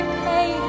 pay